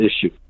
issue